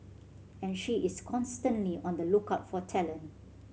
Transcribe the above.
and she is constantly on the lookout for talent